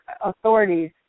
authorities